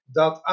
dat